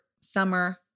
summer